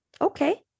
Okay